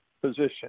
position